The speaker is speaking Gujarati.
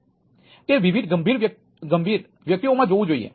તે વિવિધ ગંભીર વ્યક્તિઓમાં જોવું જોઈએ